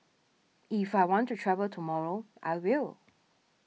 if I want to travel tomorrow I will